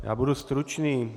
Já budu stručný.